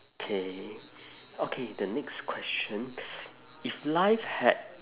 K okay the next question if life had